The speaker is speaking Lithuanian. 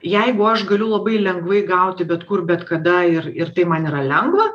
jeigu aš galiu labai lengvai gauti bet kur bet kada ir ir tai man yra lengva